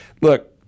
look